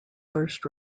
first